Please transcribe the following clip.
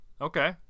Okay